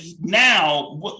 now